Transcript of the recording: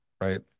Right